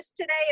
today